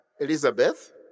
Elizabeth